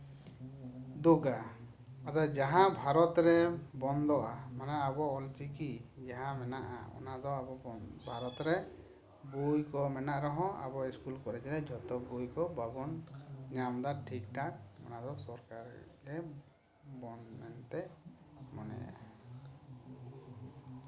ᱫᱳᱜᱟ ᱟᱫᱚ ᱡᱟᱦᱟᱸ ᱵᱷᱟᱨᱚᱛ ᱨᱮ ᱵᱚᱱᱫᱚᱜᱼᱟ ᱢᱟᱱᱮ ᱟᱵᱚ ᱚᱞᱪᱤᱠᱤ ᱡᱟᱦᱟᱸ ᱢᱮᱱᱟᱜᱼᱟ ᱚᱱᱟᱫᱚ ᱟᱵᱚ ᱵᱷᱟᱨᱚᱛ ᱨᱮ ᱵᱳᱭ ᱠᱚ ᱢᱮᱱᱟᱜ ᱨᱮᱦᱚᱸ ᱟᱵᱚ ᱥᱠᱩᱞ ᱠᱚᱞᱮᱡᱽ ᱨᱮ ᱡᱚᱛᱚ ᱵᱳᱭ ᱠᱚ ᱵᱟᱵᱚᱱ ᱧᱟᱢ ᱮᱫᱟ ᱴᱷᱤᱠᱼᱴᱷᱟᱠ ᱚᱱᱟᱫᱚ ᱥᱚᱨᱠᱟᱨ ᱮᱲᱮᱭᱮᱫ ᱵᱚᱱ ᱢᱮᱱᱛᱮᱧ ᱢᱚᱱᱮᱭᱟ